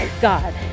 God